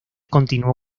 continuó